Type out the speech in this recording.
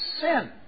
sin